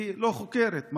היא לא חוקרת.